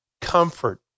comfort